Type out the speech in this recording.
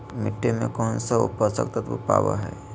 मिट्टी में कौन से पोषक तत्व पावय हैय?